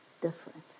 different